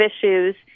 issues